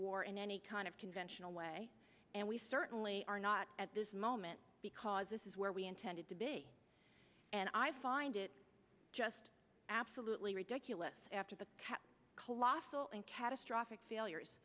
war in any kind of conventional way and we certainly are not at this moment because this is where we intended to be and i find it just absolutely ridiculous after the colossal and catastrophic failures